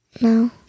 No